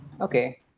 okay